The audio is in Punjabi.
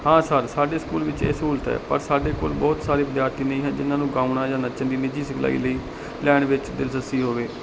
ਹਾਂ ਸਰ ਸਾਡੇ ਸਕੂਲ ਵਿੱਚ ਇਹ ਸਹੂਲਤ ਹੈ ਪਰ ਸਾਡੇ ਕੋਲ ਬਹੁਤ ਸਾਰੇ ਵਿਦਿਆਰਥੀ ਨਹੀਂ ਹੈ ਜਿਹਨਾਂ ਨੂੰ ਗਾਉਣਾ ਜਾਂ ਨੱਚਣ ਦੀ ਨਿੱਜੀ ਸਿਖਲਾਈ ਲਈ ਲੈਣ ਵਿੱਚ ਦਿਲਚਸਪੀ ਹੋਵੇ